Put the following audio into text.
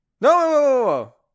no